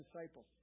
disciples